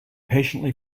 patiently